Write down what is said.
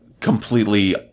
completely